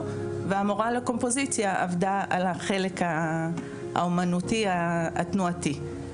והמורה לקומפוזיציה עבדה על החלק האומנותי התנועתי.